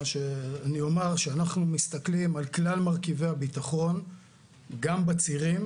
אני אומר שאנחנו מסתכלים על כלל מרכיבי הביטחון גם בצירים,